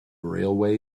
railway